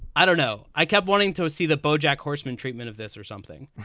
i don't know. i kept wanting to see the bojack horseman treatment of this or something